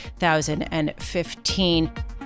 2015